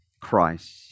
Christ